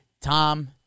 Tom